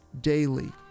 daily